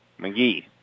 McGee